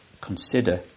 consider